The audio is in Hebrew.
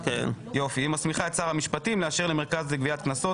היא מסמיכה את שר המשפטים לאשר למרכז לגביית קנסות,